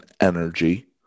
energy